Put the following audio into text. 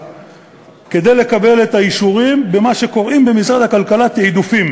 כדי לקבל את האישורים במה שקוראים במשרד הכלכלה תעדופים;